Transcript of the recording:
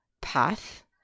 path